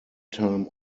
time